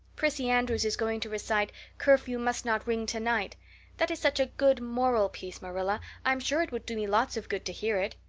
prissy andrews is going to recite curfew must not ring tonight that is such a good moral piece, marilla, i'm sure it would do me lots of good to hear it.